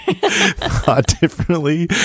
differently